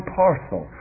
parcel